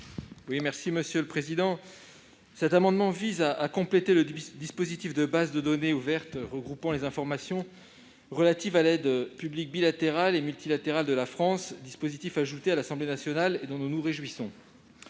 Guillaume Gontard. Cet amendement vise à compléter le dispositif de base de données ouvertes regroupant les informations relatives à l'aide publique bilatérale et multilatérale de la France, qui a été ajouté à l'Assemblée nationale et dont nous nous réjouissons.